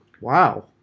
wow